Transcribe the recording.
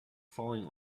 falling